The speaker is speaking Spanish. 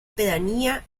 pedanía